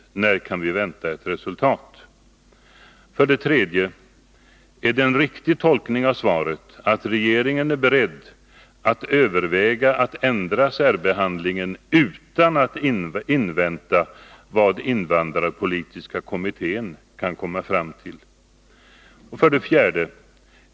När kan vi vänta ett resultat? 3. Är det en riktig tolkning av svaret att regeringen är beredd att överväga att ändra särbehandlingen utan att invänta vad invandrarpolitiska kommittén kan komma fram till? 4.